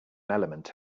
element